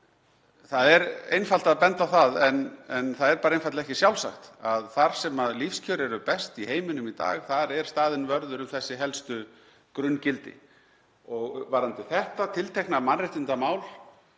Það er einfalt að benda á það en það er bara einfaldlega ekki sjálfsagt að þar sem lífskjör eru best í heiminum í dag þar er staðinn vörður um þessi helstu grunngildi. Og varðandi þetta tiltekna mannréttindamál